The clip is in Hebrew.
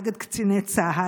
נגד קציני צה"ל,